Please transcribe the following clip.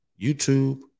YouTube